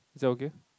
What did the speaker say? is that okay